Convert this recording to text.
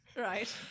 Right